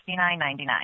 $69.99